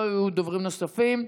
לא יהיו דוברים נוספים.